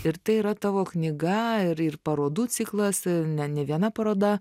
ir tai yra tavo knyga ir ir parodų ciklas ne viena paroda